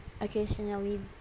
Occasionally